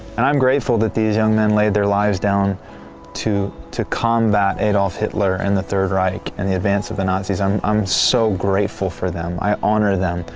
and i'm grateful that these young men laid their lives down to to combat adolph hitler and the third reich and the advance of the nazis i'm i'm so grateful for them. i honor them.